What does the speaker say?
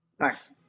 Thanks